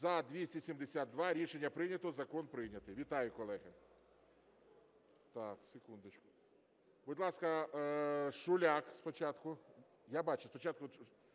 За-272 Рішення прийнято. Закон прийнятий. Вітаю, колеги! Так, секундочку. Будь ласка, Шуляк спочатку. Я бачу, спочатку...